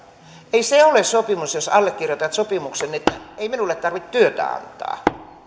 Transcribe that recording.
ei se ole sopimus jos allekirjoitat sopimuksen että ei minulle tarvitse työtä antaa